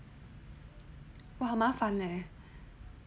!wah! 很麻烦 leh